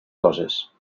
coses